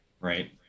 right